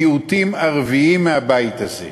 מיעוטים ערביים מהבית הזה.